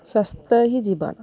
ସ୍ୱାସ୍ଥ୍ୟ ହିଁ ଜୀବନ